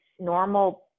normal